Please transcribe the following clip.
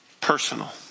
personal